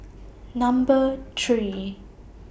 Number three